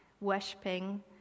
worshipping